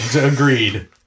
agreed